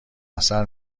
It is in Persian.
اثر